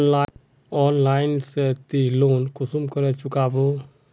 Online से ती loan कुंसम करे चुकाबो?